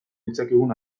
ditzakegun